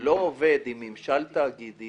לא עובד עם ממשל תאגידי